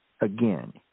again